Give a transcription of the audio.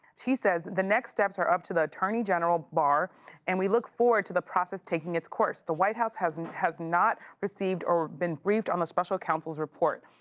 she says, the next steps are up to the attorney general barr and we look forward to the process taking its course. the white house has and has not received or been briefed on a special counsel's report.